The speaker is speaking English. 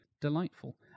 Delightful